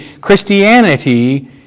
Christianity